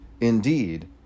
indeed